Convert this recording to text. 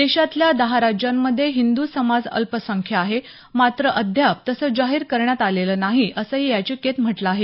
देशातल्या दहा राज्यांमध्ये हिंद् समाज अल्पसंख्य आहे मात्र अद्याप तसं जाहीर करण्यात आलेलं नाही असं या याचिकेत म्हटलं आहे